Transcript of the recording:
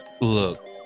look